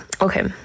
okay